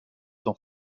son